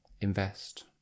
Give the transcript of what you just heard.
invest